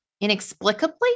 inexplicably